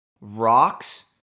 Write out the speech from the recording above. rocks